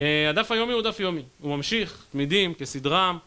אדף היומי הוא אדף יומי, הוא ממשיך, תמידים, כסדרם